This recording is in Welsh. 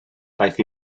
daeth